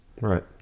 Right